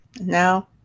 Now